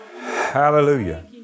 Hallelujah